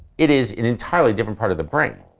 it is an entirely different part of the brain.